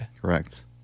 Correct